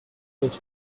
was